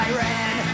Iran